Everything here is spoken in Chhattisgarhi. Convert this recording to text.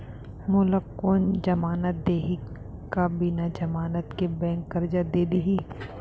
मोला कोन जमानत देहि का बिना जमानत के बैंक करजा दे दिही?